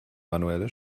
manuelle